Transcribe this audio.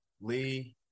Lee